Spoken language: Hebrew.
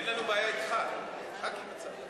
אין לנו בעיה אתך, רק עם הצעתך.